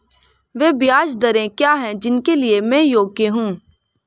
वे ब्याज दरें क्या हैं जिनके लिए मैं योग्य हूँ?